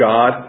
God